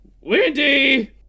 Wendy